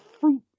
fruit